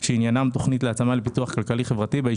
יש הצעות לסדר?